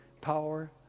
power